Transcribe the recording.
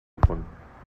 gefunden